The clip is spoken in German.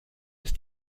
ist